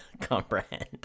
comprehend